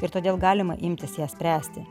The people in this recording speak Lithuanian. ir todėl galima imtis ją spręsti